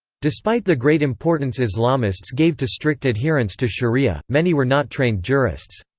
despite the great importance islamists gave to strict adherence to sharia, many were not trained jurists.